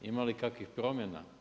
Ima li kakvih promjena?